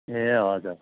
ए हजुर